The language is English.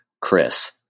Chris